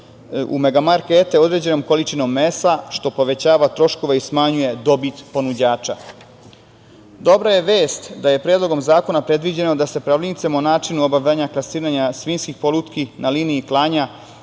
u megamarkete određenom količinom mesa, što povećava troškove i smanjuje dobit ponuđača. Dobra je vest da je Predlogom zakona predviđeno da se pravilnicima o načinu obavljanja klasiranja svinjskih polutki na liniji klanja